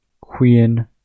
Queen